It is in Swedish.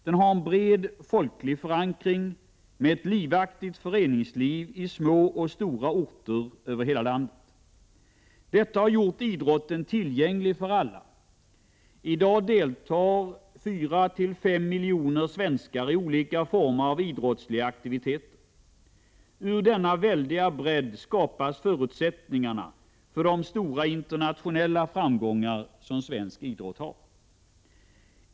Den har en bred folklig förankring Qm doping och kommed ett livaktigt föreningsliv i små och stora orter över hela vårt land. Detta mersialisering nom har gjort idrotten tillgänglig för alla. I dag deltar 4-5 miljoner svenskar i olika —/drotten former av idrottsliga aktiviteter. Ur denna väldiga bredd skapas förutsättningarna för de stora internationella framgångar som svensk idrott har.